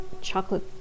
chocolate